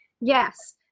Yes